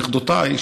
נכדותיי,